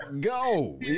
go